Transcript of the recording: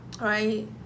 right